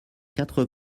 quatre